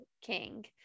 king